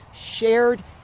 shared